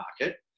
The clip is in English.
market